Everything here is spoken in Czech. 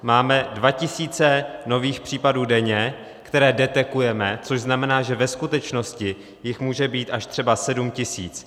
Máme 2 000 nových případů denně, které detekujeme, což znamená, že ve skutečnosti jich může být až třeba 7 000.